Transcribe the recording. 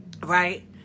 Right